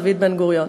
דוד בן-גוריון.